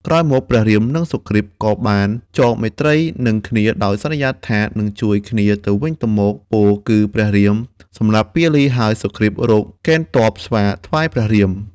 ក្រោយមកព្រះរាម និងសុគ្រីពក៏បានចងមេត្រី នឹងគ្នាដោយសន្យាថា នឹងជួយគ្នាទៅវិញទៅមកពោល គឺព្រះរាម សម្លាប់ពាលីហើយសុគ្រីពរកកេណ្ឌទព័ស្វាថ្វាយព្រះរាម។